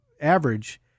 average